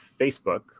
Facebook